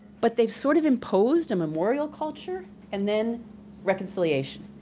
but they've sort of imposed a memorial culture, and then reconciliation.